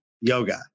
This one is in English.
yoga